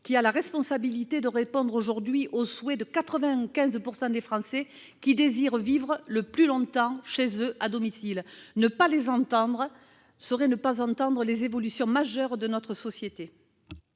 a la responsabilité de répondre au souhait de 95 % des Français, qui désirent vivre le plus longtemps chez eux, à domicile. Ne pas les entendre serait ne pas entendre une évolution majeure de notre société.